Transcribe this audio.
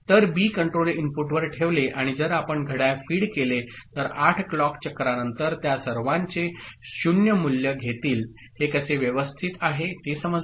तर B control इनपुटवर ठेवले आणि जर आपण घड्याळ फीड केले तर 8 क्लॉक चक्रा नंतर त्या सर्वांचे 0 मूल्य घेतील हे कसे व्यवस्थित आहे ते समजले